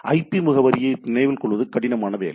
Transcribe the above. இப்போது ஐபி முகவரியை நினைவில் கொள்வது கடினமான வேலை